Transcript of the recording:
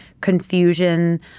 confusion